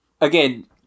Again